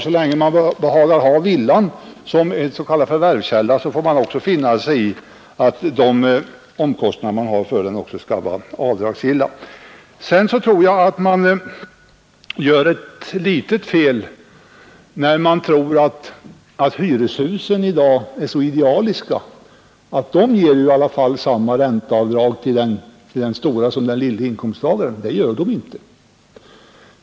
Så länge man behagar betrakta villan som en förvärvskälla får man finna sig i att omkostnaderna för den också skall vara avdragsgilla. Jag tror det är fel att påstå att bostäderna i hyreshus i dag ger de små inkomsttagarna samma avdragsrätt som andra. Så är det inte.